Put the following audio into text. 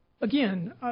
Again